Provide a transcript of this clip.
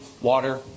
water